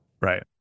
Right